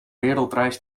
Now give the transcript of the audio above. wereldreis